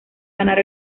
ganar